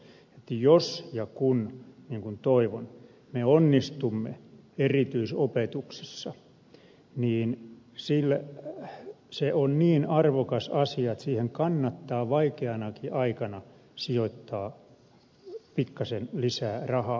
jos ja kun niin kuin toivon me onnistumme erityisopetuksessa niin se on niin arvokas asia että siihen kannattaa vaikeanakin aikana sijoittaa pikkasen lisää rahaa